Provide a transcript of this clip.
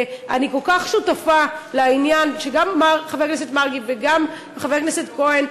ואני כל כך שותפה לעניין שאמרו גם חבר הכנסת מרגי וגם חבר הכנסת כהן,